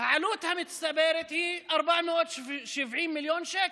העלות המצטברת היא 470 מיליון שקל.